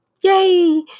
yay